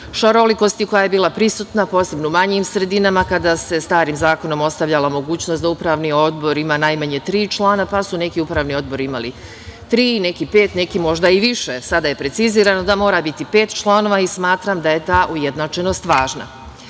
šarolikosti koja je bila prisutna, posebno u manjim sredinama, kada se starim zakonom ostavljala mogućnost da upravni odbor ima najmanje tri člana, pa su neki upravni odbori imali tri, a neki pet, a neki možda i više. Sada je precizirano da mora biti pet članova i smatram da je ta ujednačenost važna. Osim